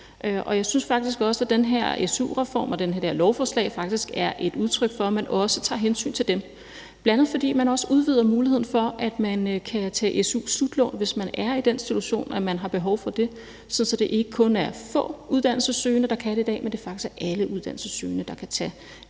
om – synes jeg faktisk også, at den her su-reform og det her lovforslag er et udtryk for, at man tager hensyn til dem, bl.a. fordi man også udvider muligheden for, at de kan tage et su-slutlån, hvis de er i den situation, at de har behov for det, sådan at det ikke kun er nogle få uddannelsessøgende, der i dag kan tage det, men at det faktisk er alle uddannelsessøgende, der kan tage det.